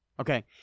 okay